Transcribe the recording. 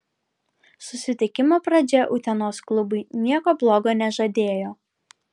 susitikimo pradžia utenos klubui nieko blogo nežadėjo